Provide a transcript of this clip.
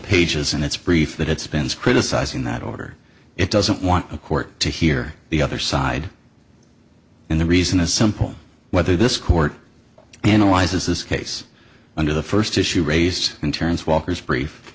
pages and it's brief that it spends criticizing that order it doesn't want a court to hear the other side and the reason is simple whether this court analyzes this case under the first issue raised in terms walker's brief